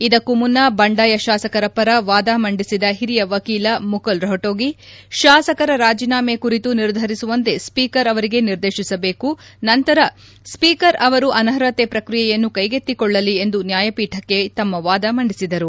ಇದಕ್ಕೂ ಮುನ್ನ ಬಂಡಾಯ ಶಾಸಕರ ಪರ ವಾದ ಮಂಡಿಸಿದ ಹಿರಿಯ ವಕೀಲ ಮುಕುಲ್ ರೊಹಣಗಿ ಶಾಸಕರ ರಾಜೀನಾಮೆ ಕುರಿತು ನಿರ್ಧರಿಸುವಂತೆ ಸ್ಪೀಕರ್ ಅವರಿಗೆ ನಿರ್ದೇಶಿಸಬೇಕು ನಂತರ ಸ್ವೀಕರ್ ಅವರು ಅನರ್ಹತೆ ಪ್ರಕ್ರಿಯೆಯನ್ನು ಕೈಗೆತ್ತಿಕೊಳ್ಳಲಿ ಎಂದು ನ್ಯಾಯಪೀಠಕ್ಕೆ ತಮ್ಮ ವಾದ ಮಂಡಿಸಿದರು